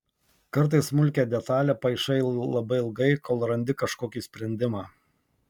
kartais smulkią detalią paišai labai ilgai kol randi kažkokį sprendimą